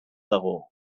dago